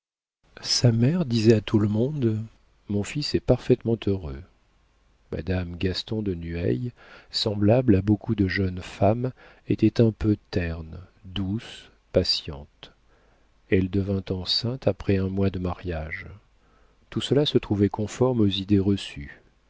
sa mère disait à tout le monde mon fils est parfaitement heureux madame gaston de nueil semblable à beaucoup de jeunes femmes était un peu terne douce patiente elle devint enceinte après un mois de mariage tout cela se trouvait conforme aux idées reçues